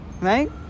right